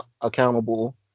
accountable